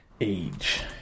Age